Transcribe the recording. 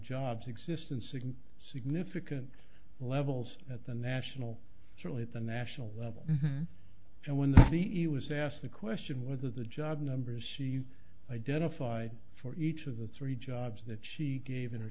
jobs existence and significant levels at the national certainly at the national level and when the c e o was asked the question whether the job numbers she identified for each of the three jobs that she gave in her